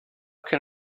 can